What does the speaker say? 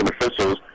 officials